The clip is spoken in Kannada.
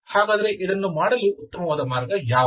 ಹಾಗಾದರೆ ಇದನ್ನು ಮಾಡಲು ಉತ್ತಮವಾದ ಮಾರ್ಗ ಯಾವುದು